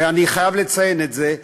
ואני חייב לציין את זה,